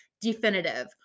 definitive